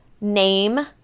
name